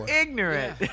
ignorant